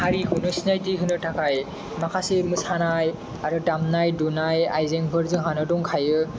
हारिखौनो सिनायथि होनो थाखाय माखासे मोसानाय आरो दामनाय दुनाय आइजेंफोर जोंहानो दंखायो